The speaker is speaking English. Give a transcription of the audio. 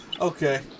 Okay